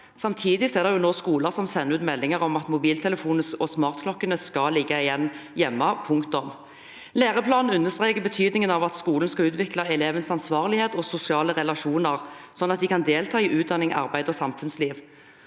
samtidig er det nå skoler som sender ut meldinger om at mobiltelefoner og smartklokker skal ligge igjen hjemme, punktum. Læreplanen understreker betydningen av at skolen skal utvikle elevenes ansvarlighet og sosiale relasjoner, sånn at de kan delta i utdanning, arbeid og samfunnsliv.